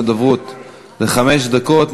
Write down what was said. הוא חמש דקות.